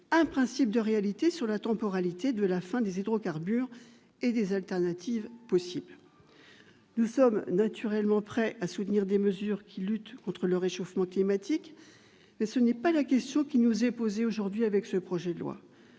un principe de réalité s'agissant de la temporalité de la fin des hydrocarbures et des alternatives possibles. Nous sommes naturellement prêts à soutenir des mesures visant à lutter contre le réchauffement climatique. Mais telle n'est pas la question qui nous est posée aujourd'hui avec ce projet de loi.